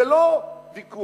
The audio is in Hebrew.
זה לא ויכוח.